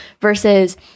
versus